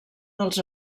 dels